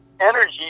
energy